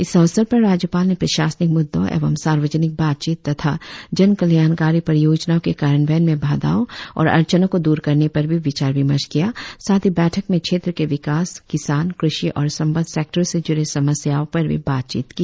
इस अवसर पर राज्यपाल ने प्रशासनिक मुद्दों एवं सार्वजनिक बातचीत तथा जन कल्याणकारी परियोजनाओं के कार्यान्वयन में बाधाओं और अड़चनों को दूर करने पर भी विचार विमर्श किया साथ ही बैठक में क्षेत्र के विकास किसान कृषि और संबद्ध सेक्टरों से जूड़े समस्याओं पर भी बातचीत की